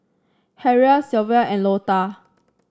Harrell Sylva and Lota